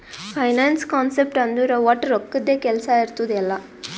finance concept ಅಂದುರ್ ವಟ್ ರೊಕ್ಕದ್ದೇ ಕೆಲ್ಸಾ ಇರ್ತುದ್ ಎಲ್ಲಾ